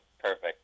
Perfect